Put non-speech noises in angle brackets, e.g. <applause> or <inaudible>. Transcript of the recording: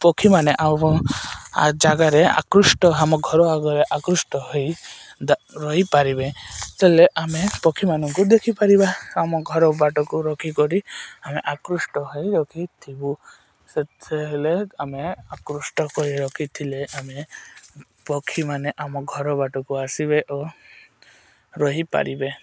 ପକ୍ଷୀମାନେ ଆଉ ଜାଗାରେ ଆକୃଷ୍ଟ ଆମ ଘର ଆଗରେ ଆକୃଷ୍ଟ ହୋଇ <unintelligible> ରହିପାରିବେ ହେଲେ ଆମେ ପକ୍ଷୀମାନଙ୍କୁ ଦେଖିପାରିବା ଆମ ଘର ବାଟକୁ ରଖିକରି ଆମେ ଆକୃଷ୍ଟ ହୋଇ ରଖିଥିବୁ <unintelligible> ହେଲେ ଆମେ ଆକୃଷ୍ଟ କରି ରଖିଥିଲେ ଆମେ ପକ୍ଷୀମାନେ ଆମ ଘର ବାଟକୁ ଆସିବେ ଓ ରହିପାରିବେ